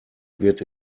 wird